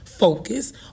focus